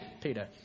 Peter